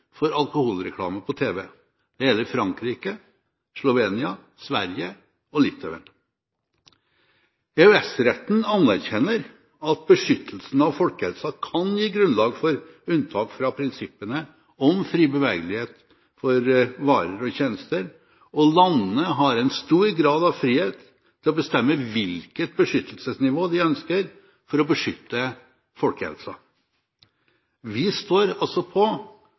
for alkoholreklame på tv. Det gjelder Frankrike, Slovenia, Sverige og Litauen. EØS-retten anerkjenner at beskyttelsen av folkehelsen kan gi grunnlag for unntak fra prinsippene om fri bevegelighet for varer og tjenester, og landene har en stor grad av frihet til å bestemme hvilket beskyttelsesnivå de ønsker å ha for å beskytte folkehelsen. Vi står altså på